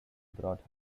bought